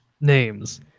names